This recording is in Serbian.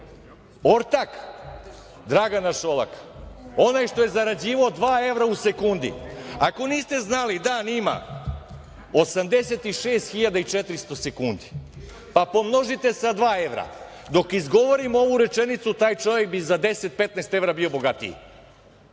ortak Dragana Šolaka, onaj što je zarađivao dva evra u sekundi. Ako niste znali, dan ima 86.400 sekundi, pa pomnožite sa dva evra. Dok izgovorim ovu rečenicu taj čovek bi za 10, 15 evra bio bogatiji. Pa